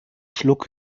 schluck